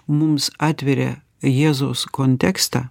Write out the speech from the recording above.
mums atveria jėzaus kontekstą